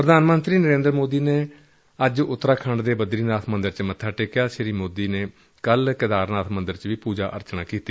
ਪ੍ਰਧਾਨ ਮੰਤਰੀ ਨਰੇਂਦਰ ਮੋਦੀ ਨੇ ਅੱਜ ਉਤਰਾਖੰਡ ਦੇ ਬਦਰੀਨਾਥ ਮੰਦਰ ਚ ਮੱਥਾ ਟੇਕਿਆ ਸ੍ਰੀ ਮੋਦੀ ਨੇ ਕੱਲ੍ ਕੇਦਾਰਨਾਬ ਮੰਦਰ ਚ ਵੀ ਪੁਜਾ ਅਰਚਨਾ ਕੀਤਾ